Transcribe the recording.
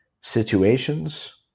situations